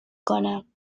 کنم